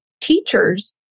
teachers